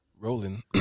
Rolling